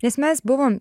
nes mes buvom